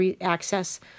access